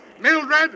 Mildred